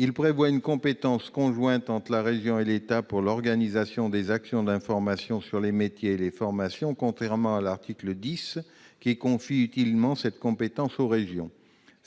à prévoir une compétence conjointe entre la région et l'État pour l'organisation des actions d'information sur les métiers et les formations, contrairement à l'article 10, qui confie utilement cette compétence aux régions.